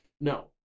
no